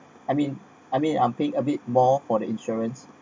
I mean I mean I'm paying a bit more for the insurance